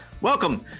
Welcome